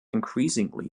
increasingly